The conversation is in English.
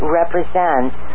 represents